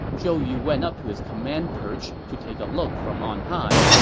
zhou yu went up to his command perch to take a look from on high,